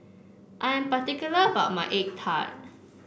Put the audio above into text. I am particular about my egg tart